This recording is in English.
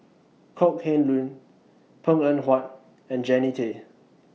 Kok Heng Leun Png Eng Huat and Jannie Tay